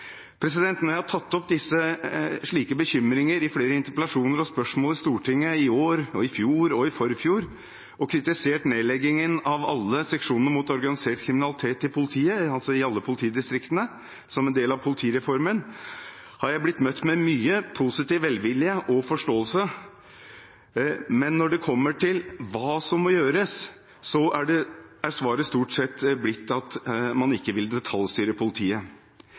jeg har tatt opp slike bekymringer i flere interpellasjoner og spørsmål i Stortinget – i år og i fjor og i forfjor – og kritisert nedleggingen av alle seksjonene mot organisert kriminalitet i alle politidistriktene som en del av politireformen, har jeg blitt møtt med mye positiv velvilje og forståelse, men når det kommer til hva som må gjøres, har svaret stort sett blitt at man ikke vil detaljstyre politiet.